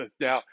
Now